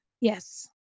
yes